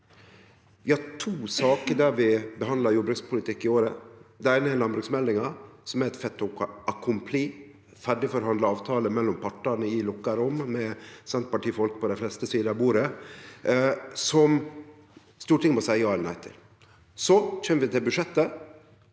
Vi har to saker i året der vi behandlar jordbrukspolitikk. Den eine er landbruksmeldinga, som er eit fait accompli – ein ferdigforhandla avtale mellom partane i lukka rom, med Senterparti-folk på dei fleste sidene av bordet, som Stortinget må seia ja eller nei til. Så kjem vi til budsjettet.